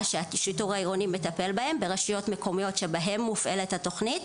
שהשיטור העירוני מטפל בהן ברשויות מקומיות שבהן מופעלת התוכנית,